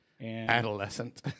Adolescent